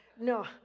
no